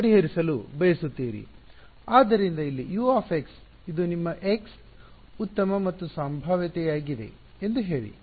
ಆದ್ದರಿಂದ ಇಲ್ಲಿ U ಇದು ನಿಮ್ಮ x ಉತ್ತಮ ಮತ್ತು ಸಂಭಾವ್ಯತೆಯಾಗಿದೆ ಎಂದು ಹೇಳಿ